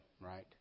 right